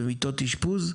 במיטות אשפוז,